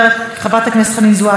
חבר הכנסת אכרם חסון,